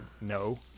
no